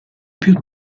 più